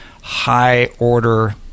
high-order